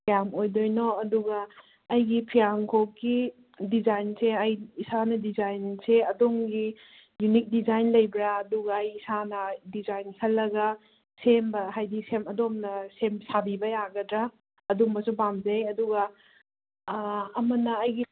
ꯀꯌꯥꯝ ꯑꯣꯏꯗꯣꯏꯅꯣ ꯑꯗꯨꯒ ꯑꯩꯒꯤ ꯐꯤꯌꯥꯟꯈꯣꯛꯀꯤ ꯗꯤꯖꯥꯏꯟꯁꯦ ꯑꯩ ꯏꯁꯥꯅ ꯗꯤꯖꯥꯏꯟꯁꯦ ꯑꯗꯣꯝꯒꯤ ꯌꯨꯅꯤꯛ ꯗꯤꯖꯥꯏꯟ ꯂꯩꯕ꯭ꯔꯥ ꯑꯗꯨꯒ ꯑꯩ ꯏꯁꯥꯅ ꯗꯤꯖꯥꯏꯟ ꯈꯜꯂꯒ ꯁꯦꯝꯕ ꯍꯥꯏꯗꯤ ꯁꯦꯝ ꯑꯗꯣꯝꯅ ꯁꯦꯝ ꯁꯥꯕꯤꯕ ꯌꯥꯒꯗ꯭ꯔꯥ ꯑꯗꯨꯝꯕꯁꯨ ꯄꯥꯝꯖꯩ ꯑꯗꯨꯒ ꯑꯃꯅ ꯑꯩꯒꯤ